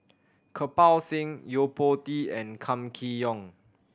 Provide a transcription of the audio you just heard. Kirpal Singh Yo Po Tee and Kam Kee Yong